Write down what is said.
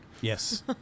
yes